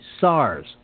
SARS